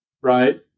right